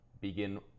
begin